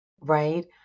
Right